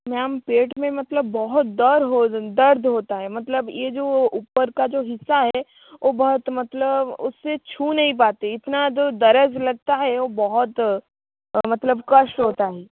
ma'am पेट में मतलब बहुत दर्द होता है मतलब ये जो उपर का जो हिस्सा है वो बहुत मतलब उससे छू नहीं पाती इतना जो दर्द लगता है वो बहुत मतलब कष्ट होता है